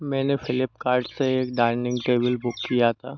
मैंने फ़्लिपकार्ट से एक डाइनिंग टेबिल बुक किया था